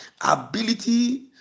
ability